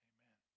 Amen